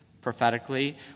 prophetically